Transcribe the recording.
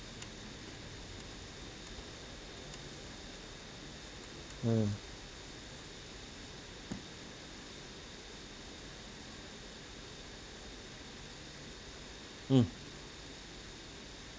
mm mm